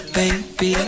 baby